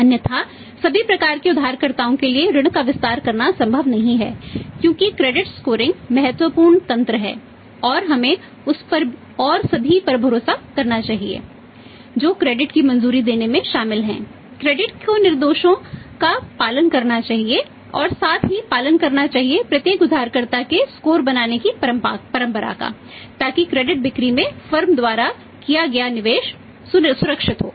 अन्यथा सभी प्रकार के उधारकर्ताओं के लिए ऋण का विस्तार करना संभव नहीं है क्योंकि क्रेडिट स्कोरिंग द्वारा किया गया निवेश सुरक्षित हो